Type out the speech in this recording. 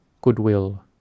goodwill